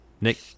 Nick